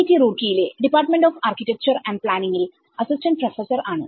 T Roorkee യിലെ department of architecture and planning ലെ assistant professor ആണ്